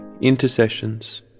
Intercessions